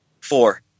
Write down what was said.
Four